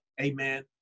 amen